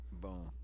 Boom